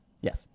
Yes